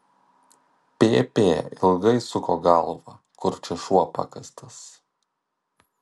pp ilgai suko galvą kur čia šuo pakastas